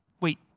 wait